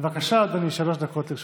בבקשה אדוני, שלוש דקות לרשותך.